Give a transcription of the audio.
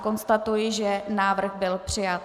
Konstatuji, že návrh byl přijat.